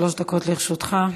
שלוש דקות לרשותך.